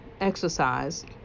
exercise